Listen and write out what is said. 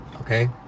Okay